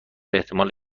احتمال